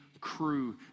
crew